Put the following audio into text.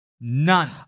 None